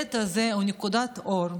הילד הזה הוא נקודת אור,